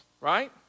right